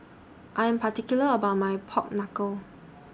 I'm particular about My Pork Knuckle